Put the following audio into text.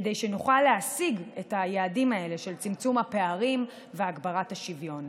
כדי שנוכל להשיג את היעדים האלה של צמצום הפערים והגברת השוויון.